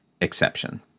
exception